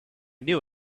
knew